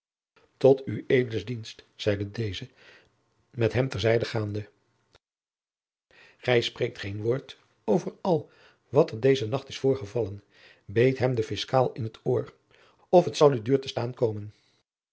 tot ueds dienst zeide deze met hem ter zijde gaande gij spreekt geen woord over al wat er deze nacht is voorgevallen beet hem de fiscaal in t oor of het zal u duur te staan komen